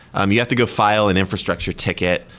um you have to go file an infrastructure ticket.